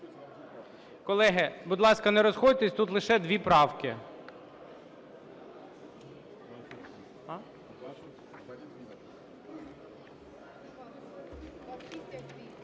Колеги, будь ласка, не розіходьтесь, тут лише дві правки.